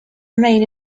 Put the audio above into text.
remain